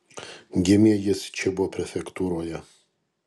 gimė jis čibo prefektūroje